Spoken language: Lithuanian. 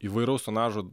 įvairaus tonažo